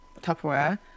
Tupperware